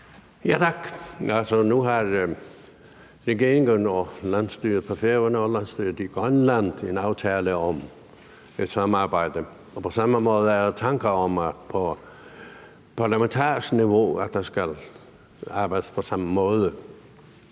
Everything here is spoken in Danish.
Tak. Nu har regeringen og landsstyret på Færøerne og landsstyret i Grønland en aftale om et samarbejde. På samme måde er der tanker om, at der skal arbejdes på samme måde